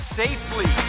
safely